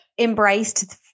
embraced